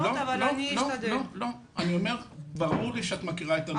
לא, אני אומר שברור לי שאת מכירה את הנושא.